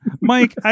Mike